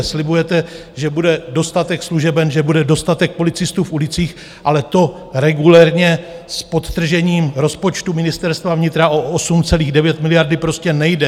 Slibujete, že bude dostatek služeben, že bude dostatek policistů v ulicích, ale to regulérně s podtržením rozpočtu Ministerstva vnitra o 8,9 miliardy prostě nejde.